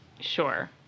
Sure